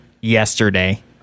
yesterday